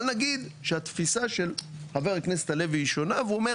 אבל נגיד שהתפיסה של חבר הכנסת הלוי היא שונה והוא אומר